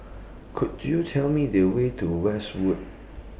Could YOU Tell Me The Way to Westwood